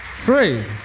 Free